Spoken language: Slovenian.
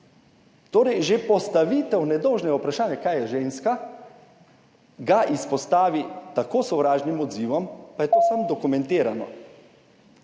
torej že postavitev nedolžnega vprašanja, kaj je ženska, ga izpostavi tako sovražnim odzivom, pa je to dokumentirano,